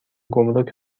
گمرک